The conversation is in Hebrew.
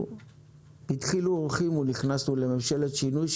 בדחילו ורחימו נכנסנו לממשלת שינוי,